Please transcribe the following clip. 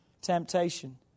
temptation